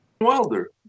Wilder